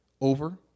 over